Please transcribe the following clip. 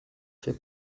fait